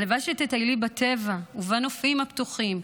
הלוואי שתטיילי בטבע ובנופים הפתוחים,